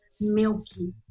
milky